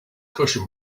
cushion